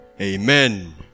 amen